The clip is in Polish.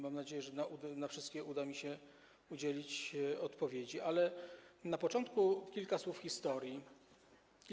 Mam nadzieję, że na wszystkie uda mi się udzielić odpowiedzi, ale na początku kilka słów o historii.